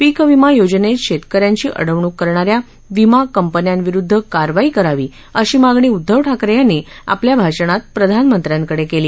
पीक विमा योजनेत शेतक यांची अडवणूक करणा या विमा कंपन्यांविरुद्ध कारवाई करावी अशी मागणी उद्धव ठाकरे यांनी आपल्या भाषणात प्रधानमंत्र्यांकडे केली